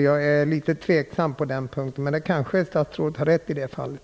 Jag är litet tveksam på den punkten, men statsrådet har kanske rätt i det fallet.